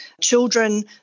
children